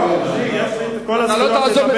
לא, אדוני, יש לי את כל הזכויות לדבר.